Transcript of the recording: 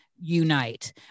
unite